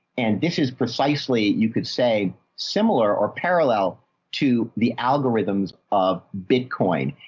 and this is precisely, you could say similar or parallel to the algorithms of bitcoin.